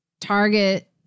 Target